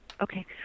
Okay